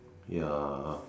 ya